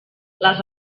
les